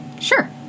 Sure